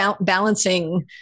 balancing